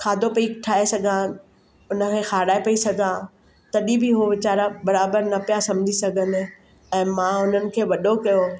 खाधो पई ठाहे सघां हुन खे खाराए पई सघां तॾहिं बि हो वेचारा बराबरु न पिया सम्झी सघनि ऐं मां हुननि खे वॾो कयो